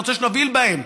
אני רוצה שנוביל בהן,